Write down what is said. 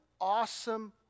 awesome